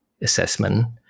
assessment